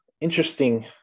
interesting